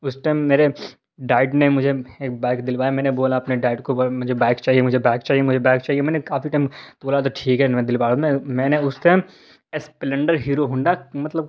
اس time میرے dad نے مجھے ایک بائک دلوایا میں نے بولا اپنے ڈیڈ کو مجھے بائک چاہیے مجھے بائک چاہیے مجھے بائک چاہیے میں نے کافی ٹائم تو بولا ٹھیک ہے میں دلوا دوں میں نے اس ٹایم ایسپلینڈر ہیرو ہونڈا مطلب